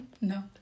No